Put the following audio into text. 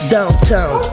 Downtown